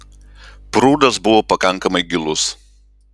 prūdas buvo pakankamai gilus